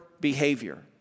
behavior